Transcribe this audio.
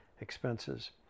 expenses